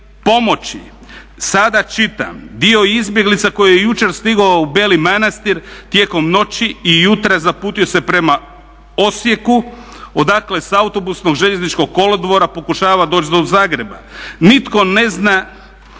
Sada čitam, dio izbjeglica koji je jučer stigao u Beli Manastir tijekom noći i jutra zaputio se prema Osijeku odakle s autobusnog i željezničkog kolodvora pokušava doći do Zagreba. Nitko ne zna